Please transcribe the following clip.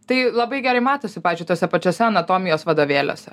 tai labai gerai matosi pavyzdžiui tuose pačiuose anatomijos vadovėliuose